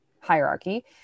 hierarchy